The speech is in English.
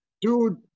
Dude